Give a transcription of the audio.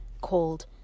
called